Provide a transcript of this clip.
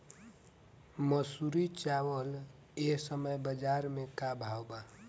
मंसूरी चावल एह समय बजार में का भाव बा?